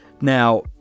Now